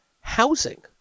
Housing